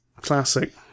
Classic